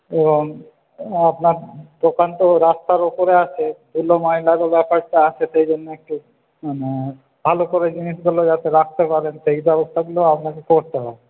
ধরুন আপনার দোকান তো রাস্তার উপরে আছে ধুলো ময়লারও ব্যাপারটা আছে সেজন্য একটু ভালো করে জিনিসগুলো যাতে রাখতে পারেন সেই ব্যবস্থাগুলো আপনাকে করতে হবে